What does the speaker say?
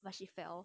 but she fell